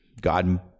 God